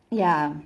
ya